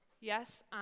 Yes